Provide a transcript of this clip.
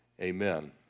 amen